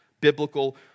biblical